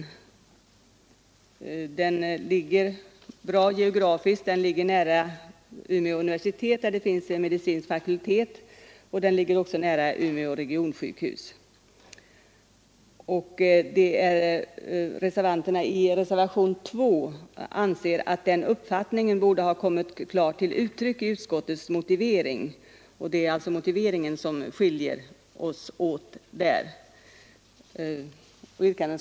Vindeln ligger väl till geografiskt, nära universitetet, där det finns en medicinsk fakultet, och nära Umeå regionsjukhus. Reservanterna i reservation 2 anser att den uppfattningen borde ha kommit klart till uttryck i utskottets motivering. Det är alltså motiveringen som skiljer oss åt. Herr talman!